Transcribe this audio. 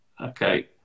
Okay